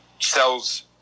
Sells